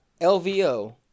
LVO